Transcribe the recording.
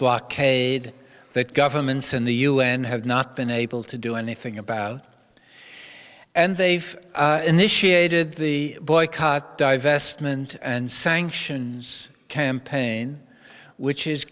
blockade that governments and the un have not been able to do anything about and they've initiated the boycott divestment and sanctions campaign which is